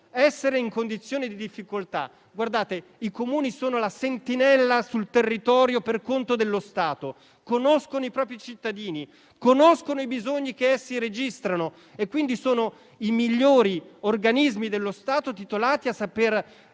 essere in condizioni di difficoltà. I Comuni sono la sentinella sul territorio per conto dello Stato. Conoscono i propri cittadini, conoscono i bisogni che essi registrano e, quindi, sono i migliori organismi dello Stato, titolati a indicare